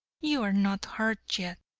you are not hurt yet.